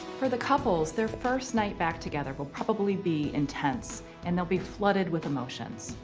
for the couples, their first night back together will probably be intense and they'll be flooded with emotions.